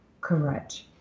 Correct